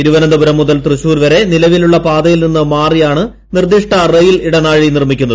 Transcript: തിരുവനന്തപുരം മുതൽ തൃശൂർ വരെ നിലവിലുള്ള പാതയിൽനിന്ന് മാറിയാണ് നിർദ്ദിഷ്ട റെയിൽ ഇടനാഴി നിർമിക്കുന്നത്